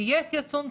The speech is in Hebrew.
יהיה חיסון,